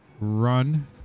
run